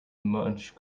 much